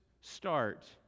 start